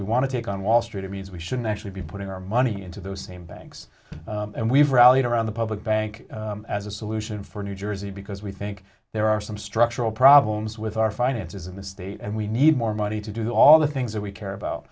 we want to take on wall street it means we should naturally be putting our money into those same banks and we've rallied around the public bank as a solution for new jersey because we think there are some structural problems with our finances in the state and we need more money to do all the things that we care about